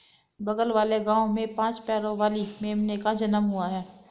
बगल वाले गांव में पांच पैरों वाली मेमने का जन्म हुआ है